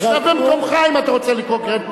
מה, השתגעת?